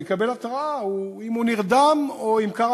הוא יקבל התרעה אם הוא נרדם או אם קרה